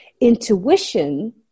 Intuition